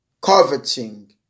coveting